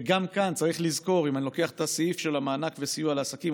וגם כאן צריך לזכור: אם אני לוקח את הסעיף של המענק וסיוע לעסקים,